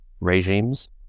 regimes